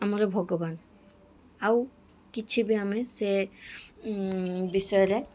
ଆମର ଭଗବାନ ଆଉ କିଛି ବି ଆମେ ସେ ବିଷୟରେ